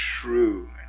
true